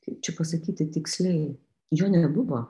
kaip čia pasakyti tiksliai jo nebuvo